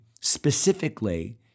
specifically